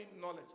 knowledge